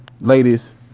ladies